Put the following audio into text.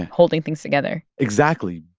holding things together exactly,